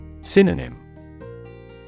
Synonym